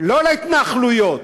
לא להתנחלויות.